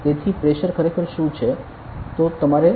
તેથી પ્રેશર ખરેખર શું છે